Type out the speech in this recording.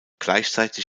gleichzeitig